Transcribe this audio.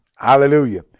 Hallelujah